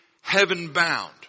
heaven-bound